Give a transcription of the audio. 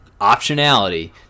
optionality